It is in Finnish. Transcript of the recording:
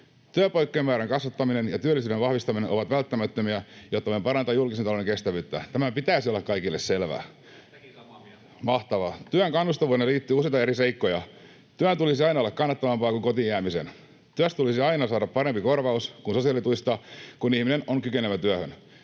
Työpaikkojen määrän kasvattaminen ja työllisyyden vahvistaminen ovat välttämättömiä, jotta me parannetaan julkisen talouden kestävyyttä. Tämän pitäisi olla kaikille selvää. [Saku Nikkanen: Tästäkin samaa mieltä!] — Mahtavaa. Työn kannustavuuteen liittyy useita eri seikkoja. Työn tulisi aina olla kannattavampaa kuin kotiin jäämisen. Työstä tulisi aina saada parempi korvaus kuin sosiaalituista, kun ihminen on kykenevä työhön.